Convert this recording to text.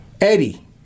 Eddie